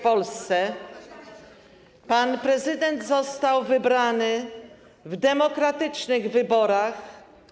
Pan prezydent został wybrany w demokratycznych wyborach.